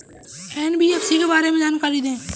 NBFC के बारे में जानकारी दें?